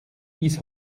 bis